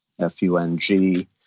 F-U-N-G